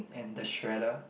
and the shredder